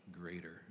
greater